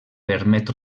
permet